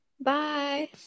Bye